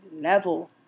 level